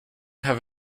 have